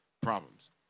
problems